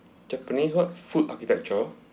japanese what food architecture